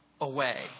away